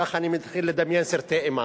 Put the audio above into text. ככה, אני מתחיל לדמיין סרטי אימה,